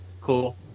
Cool